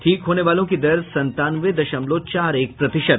ठीक होने वालों की दर संतानवे दशमलव चार एक प्रतिशत